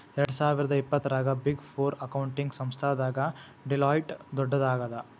ಎರ್ಡ್ಸಾವಿರ್ದಾ ಇಪ್ಪತ್ತರಾಗ big four accounting ಸಂಸ್ಥಾದಾಗ ಡೆಲಾಯ್ಟ್ ದೊಡ್ಡದಾಗದ